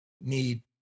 need